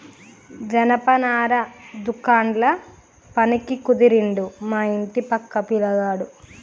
జనపనార దుకాండ్ల పనికి కుదిరిండు మా ఇంటి పక్క పిలగాడు